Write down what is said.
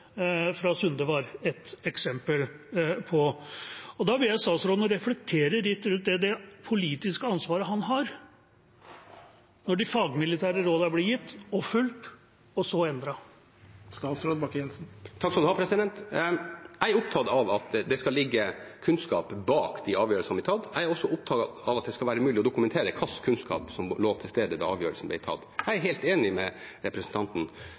fra Sunde var et eksempel på. Da vil jeg be statsråden reflektere litt rundt det politiske ansvaret han har når de fagmilitære rådene blir gitt, fulgt og så endret. Jeg er opptatt av at det skal ligge kunnskap bak de avgjørelsene som blir tatt. Jeg er også opptatt av at det skal være mulig å dokumentere hva slags kunnskap som var til stede da avgjørelser ble tatt. Jeg er helt enig med representanten